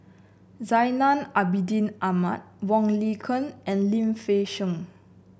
Zainal Abidin Ahmad Wong Lin Ken and Lim Fei Shen